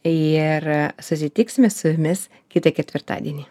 ir susitiksime su jumis kitą ketvirtadienį